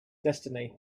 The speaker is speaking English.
destiny